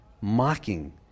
mocking